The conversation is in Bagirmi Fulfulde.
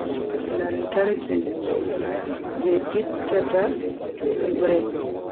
Lantarki je ittata nyibre.